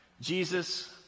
Jesus